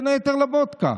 בין היתר וודקה.